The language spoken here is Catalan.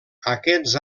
aquests